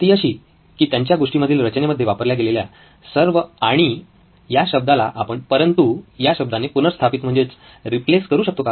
ती अशी की त्यांच्या गोष्टींमधील रचनेमध्ये वापरल्या गेलेल्या सर्व "आणि" या शब्दाला आपण "परंतु" या शब्दाने पुनर्स्थापित म्हणजेच रिप्लेस करू शकतो का